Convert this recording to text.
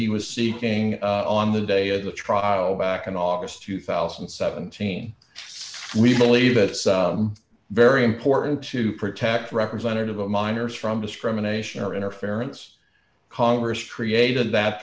he was seeking on the day of the trial back in august two thousand and seventeen we believe that it's very important to protect representative of minors from discrimination or interference congress striated that